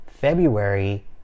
February